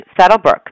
Saddlebrook